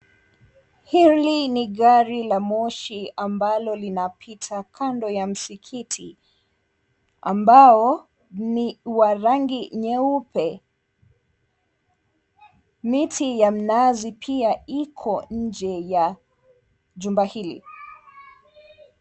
Hili ni gari la moshi ambalo linapita kando ya misikiti ambao ni wa rangi nyeupe. Miti ya mnazi pia iko nje ya jumba hili.